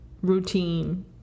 routine